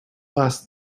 last